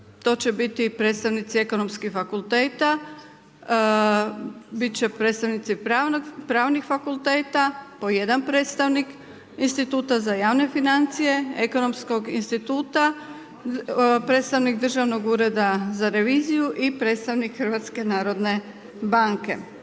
to će biti predstavnici ekonomskih fakulteta, bit će predstavnici pravnih fakulteta, po jedan predstavnik, Instituta za javne financije, Ekonomskog instituta, predstavnik Državnog ureda za reviziju i predstavnik HNB-a. Ono